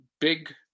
big